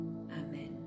Amen